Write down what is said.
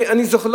נא לסיים.